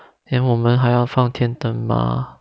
then 我们还要放天灯吗